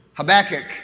Habakkuk